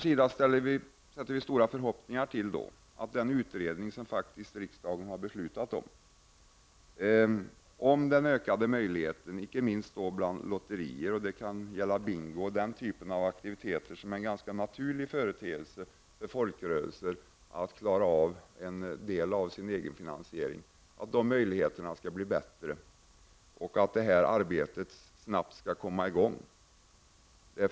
Vi i centern knyter stora förhoppningar till den utredning som riksdagen har fattat beslut om beträffande ökade möjligheter för föreningarna att anordna lotterier, anordna bingo och andra aktiviteter av den typen. Detta är naturliga aktiviteter för folkrörelser när det gäller att klara egenfinansieringen. Vi hoppas att de möjligheterna skall bli bättre och att utredningsarbetet snabbt skall komma i gång.